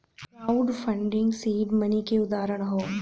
crowd funding seed money क उदाहरण हौ